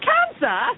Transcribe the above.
Cancer